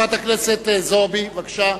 חברת הכנסת זועבי, בבקשה.